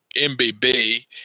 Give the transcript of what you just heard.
MBB